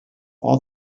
all